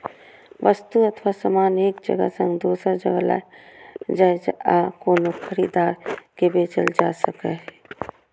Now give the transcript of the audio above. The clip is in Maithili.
वस्तु अथवा सामान एक जगह सं दोसर जगह लए जाए आ कोनो खरीदार के बेचल जा सकै